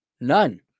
None